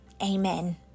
Amen